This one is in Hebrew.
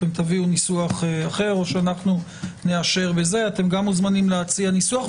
אתם תביאו ניסוח אחר, גם מוזמנים להציע ניסוח.